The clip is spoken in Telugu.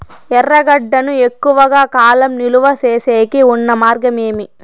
ఎర్రగడ్డ ను ఎక్కువగా కాలం నిలువ సేసేకి ఉన్న మార్గం ఏమి?